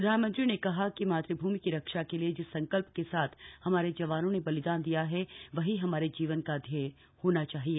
प्रधानमंत्री ने कहा कि मातृभूमि की रक्षा के लिए जिस संकल्प के साथ हमारे जवानों ने बलिदान दिया है वही हमारे जीवन का ध्येय होना चाहिए